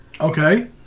Okay